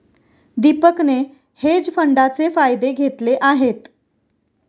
दीपकने हेज फंडाचे फायदे घेतले आहेत